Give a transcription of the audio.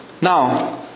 Now